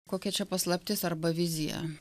kokia čia paslaptis arba vizija